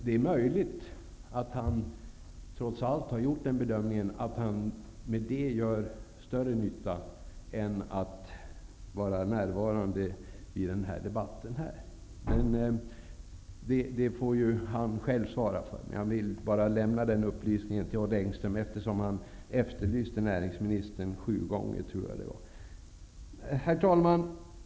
Det är möjligt att han trots allt har gjort den bedömningen att han på det sättet gör större nytta där än genom att vara närvarande vid den här debatten, men det får han ju själv svara för. Jag ville bara lämna denna upplysning till Odd Engström, eftersom jag räknade till att han efterlyste näringsministern sju gånger. Herr talman!